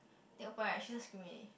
the operation screaming